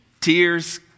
Tears